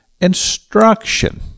instruction